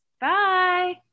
Bye